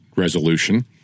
Resolution